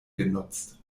genutzt